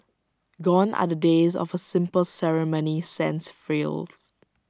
gone are the days of A simple ceremony sans frills